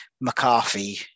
McCarthy